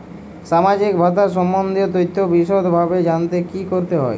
সামাজিক ভাতা সম্বন্ধীয় তথ্য বিষদভাবে জানতে কী করতে হবে?